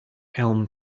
elm